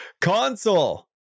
console